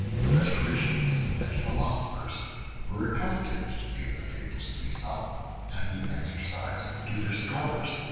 the rhetoricians and philosophers were accustomed to give the fables of aesop as an exercise to their scholars,